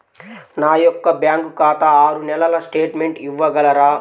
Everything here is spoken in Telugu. నా యొక్క బ్యాంకు ఖాతా ఆరు నెలల స్టేట్మెంట్ ఇవ్వగలరా?